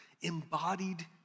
embodied